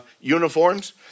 uniforms